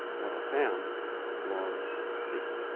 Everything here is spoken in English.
what i found was peace,